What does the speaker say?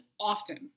often